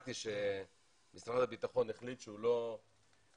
כששמעתי שמשרד הביטחון החליט שהוא עוצר